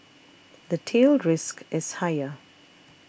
the tail risk is higher